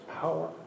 power